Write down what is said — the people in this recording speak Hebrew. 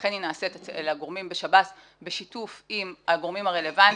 ולכן היא נעשית אצל הגורמים בשב"ס בשיתוף עם הגורמים הרלוונטיים,